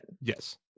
Yes